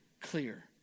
clear